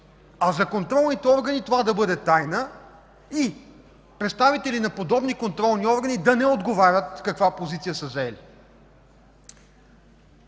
а за контролните органи това да бъде тайна и представители на подобни контролни органи да не отговарят каква позиция са заели?